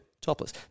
Topless